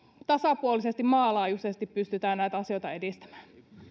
tasapuolisesti maanlaajuisesti pystytään näitä asioita edistämään